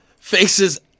faces